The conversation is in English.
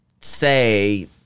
say